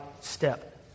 step